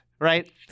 right